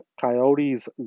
Coyotes